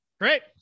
Great